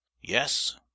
Yes